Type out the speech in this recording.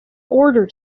order